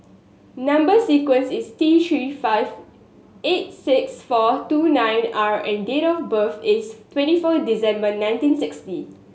number sequence is T Three five eight six four two nine R and date of birth is twenty four December nineteen sixty